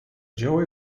joey